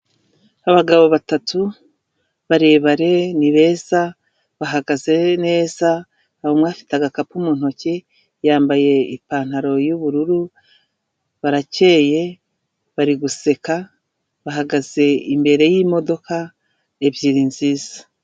Abagabo batatu barebare, ni beza bahagaze neza, umwe afite agakapu mu ntoki yambaye ipantaro y'ubururu, barakeye bari guseka, bahagaze imbere y'imodoka ebyiri nziza.